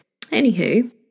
Anywho